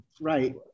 Right